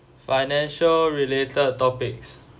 financial related topics